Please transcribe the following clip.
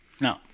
No